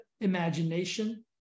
imagination